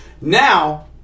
Now